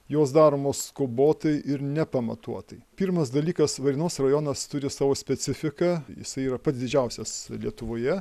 jos daromos skubotai ir nepamatuotai pirmas dalykas varėnos rajonas turi savo specifiką jisai yra pats didžiausias lietuvoje